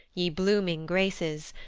ye blooming graces,